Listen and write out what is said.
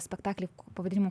spektaklį pavadinimu